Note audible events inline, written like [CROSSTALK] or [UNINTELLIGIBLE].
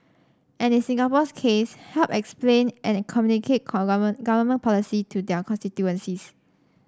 and in Singapore's case help explain and communicate [UNINTELLIGIBLE] government policy to their constituencies